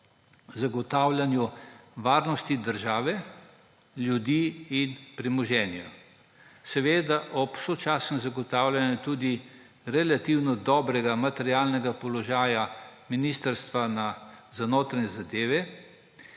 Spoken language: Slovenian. zagotavljanju varnosti države, ljudi in premoženja, ob sočasnem zagotavljanju tudi relativno dobrega materialnega položaja Ministrstva za notranje zadeve